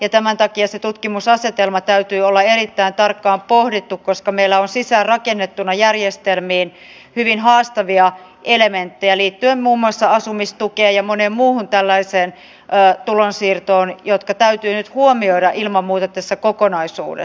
ja tämän takia sen tutkimusasetelman täytyy olla erittäin tarkkaan pohdittu koska meillä on sisäänrakennettuna järjestelmiin hyvin haastavia elementtejä liittyen muun muassa asumistukeen ja moneen muuhun tällaiseen tulonsiirtoon jotka täytyy nyt huomioida ilman muuta tässä kokonaisuudessa